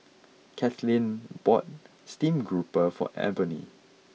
Katelin bought Steamed Grouper for Ebony